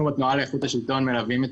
אנחנו בתנועה לאיכות השלטון מלווים את